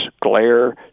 glare